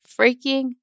freaking